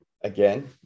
again